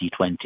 2020